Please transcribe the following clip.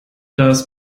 das